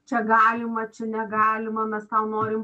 čia galima čia negalima mes tau norim